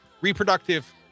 Reproductive